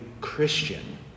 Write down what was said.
Christian